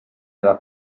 alla